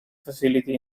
facility